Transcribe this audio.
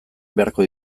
beharko